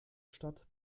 stadt